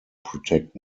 protect